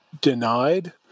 denied